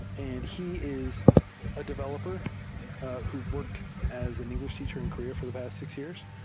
and he is a developer who work as an engl ish teacher in korea for the past six years.